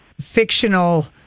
fictional